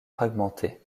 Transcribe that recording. fragmentée